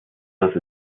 dass